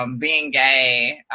um being gay.